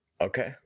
okay